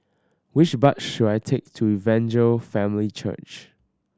which bus should I take to Evangel Family Church